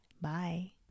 Bye